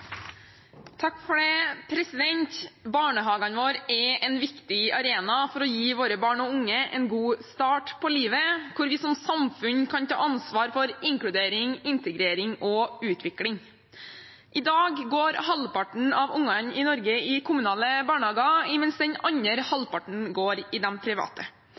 en viktig arena for å gi våre barn og unge en god start på livet, hvor vi som samfunn kan ta ansvar for inkludering, integrering og utvikling. I dag går halvparten av barna i Norge i kommunale barnehager, mens den andre halvparten går i private.